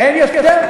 אין יותר?